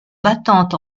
battant